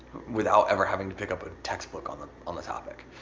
without ever having to pick up a textbook on the on the topic.